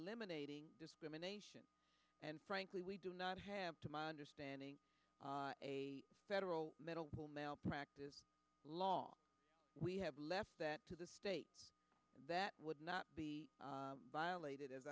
lemonade discrimination and frankly we do not have to my understanding a federal medical malpractise law we have left that to the state that would not be violated as